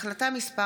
החלטה מס'